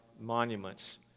monuments